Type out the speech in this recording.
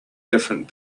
different